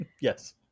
yes